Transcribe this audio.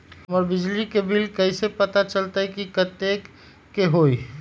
हमर बिजली के बिल कैसे पता चलतै की कतेइक के होई?